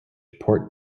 port